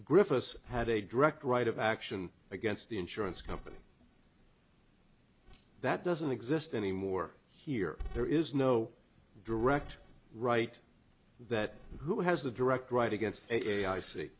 gryphus had a direct right of action against the insurance company that doesn't exist anymore here there is no direct right that who has the direct right against